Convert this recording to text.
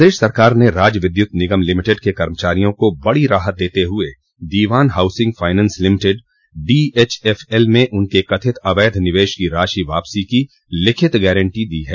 प्रदेश सरकार ने राज्य विद्युत निगम लिमिटेड के कर्मचारियों को बड़ी राहत देते हुए Dewan housing finance limited DHFL में उनके कथित अवैध निवेश की राशि वापसी की लिखित गारंटी दी है